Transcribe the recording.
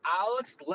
Alex